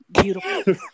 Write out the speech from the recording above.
beautiful